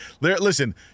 Listen